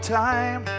time